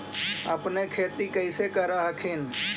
अपने खेती कैसे कर हखिन?